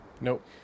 Nope